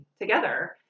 together